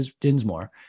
Dinsmore